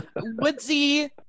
woodsy